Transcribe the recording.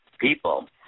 people